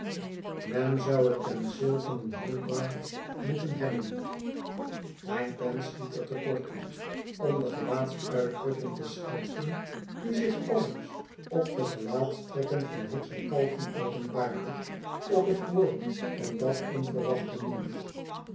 men zou het penseel van een hogarth moeten hebben mijn pen schiet ertekorttoe om de uitdrukking te schetsen die zich allengs op de gelaatstrekken van hicks en calton openbaarde op het hooren van dat onverwachte nieuws